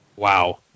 Wow